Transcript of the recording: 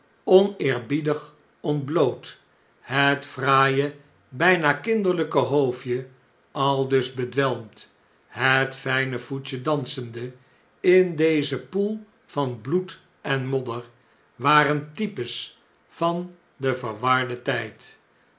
oneerbiedig ontbloot het fraaie btjna kinderlpe hoofdje aldus bedwelmd het fijne voetje dansende in dezen poel van bloed en modder waren types van den verwarden tjjd